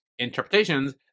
Interpretations